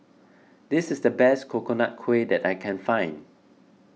this is the best Coconut Kuih that I can find